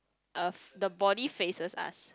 uh the body faces us